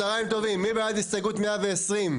מי בעד הסתייגות 122?